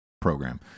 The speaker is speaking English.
program